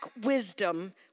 wisdom